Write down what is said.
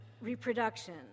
reproduction